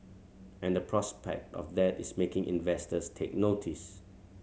and the prospect of that is making investors take notice